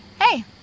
Hey